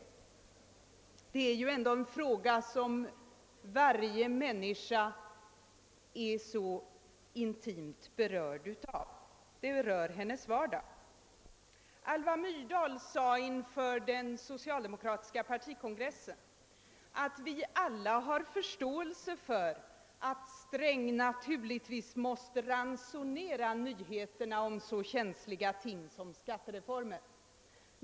Det är ju ändå en fråga som varje människa är intimt berörd av; den rör hennes vardag. Alva Myrdal sade inför den socialdemokratiska partikongressen att vi alla har förståelse för att Sträng naturligtvis måste ransonera nyheterna om så känsliga ting som skattereformen.